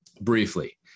briefly